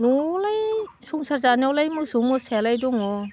न'आवलाय संसार जानायावलाय मोसौ मोसायालाय दङ